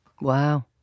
Wow